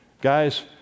Guys